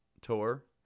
tour